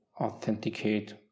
authenticate